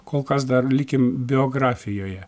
kol kas dar likim biografijoje